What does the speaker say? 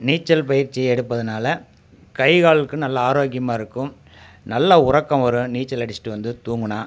நீச்சல் பயிற்சி எடுப்பதனால் கை காலுக்கு நல்லா ஆரோக்கியமாக இருக்கும் நல்ல உறக்கம் வரும் நீச்சல் அடிச்சுட்டு வந்து தூங்கினா